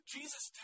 Jesus